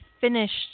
finished